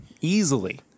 Easily